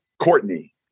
Courtney